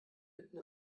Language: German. mitten